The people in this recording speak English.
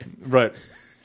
Right